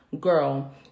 girl